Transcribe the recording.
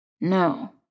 No